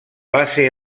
base